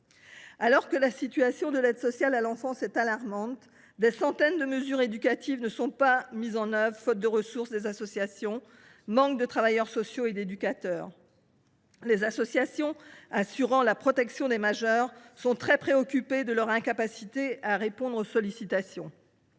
Alors que la situation de l’aide sociale à l’enfance est alarmante, des centaines de mesures éducatives ne sont pas mises en œuvre par manque de ressources des associations, de travailleurs sociaux et d’éducateurs. Les associations assurant la protection des majeurs sont très préoccupées par leur incapacité à répondre aux sollicitations.